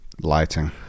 lighting